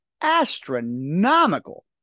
astronomical